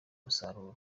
umusaruro